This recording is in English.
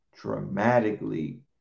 dramatically